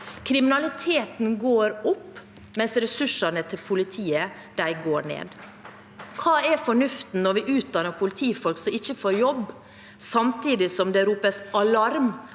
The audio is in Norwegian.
Kriminaliteten går opp, mens ressursene til politiet går ned. Hva er fornuften i å utdanne politifolk som ikke får jobb, samtidig som det ropes alarm